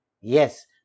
Yes